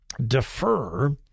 defer